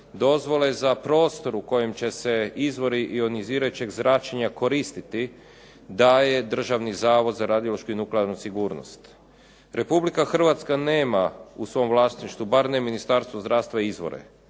dozvole za prostor u kojem će se izvori ionizirajućeg zračenja koristiti daje Državni zavod za radiološku i nuklearnu sigurnost. RH nema u svom vlasništvu, bar ne Ministarstvo zdravstva izvore.